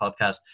podcast